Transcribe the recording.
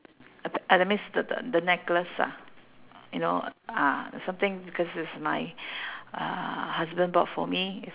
a that means the the necklace ah you know ah something because it's my uh husband bought for me it's